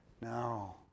No